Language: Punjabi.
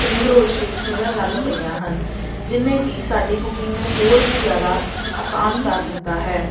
ਸਪਰਿੰਗ ਰੋਲ ਸ਼ੀਟਸ ਮਿਲਣ ਲੱਗ ਪਈਆਂ ਹਨ ਜਿਹਨੇ ਕਿ ਸਾਡੀ ਕੁਕਿੰਗ ਨੂੰ ਹੋਰ ਵੀ ਜ਼ਿਆਦਾ ਆਸਾਨ ਕਰ ਦਿੱਤਾ ਹੈ